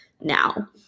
now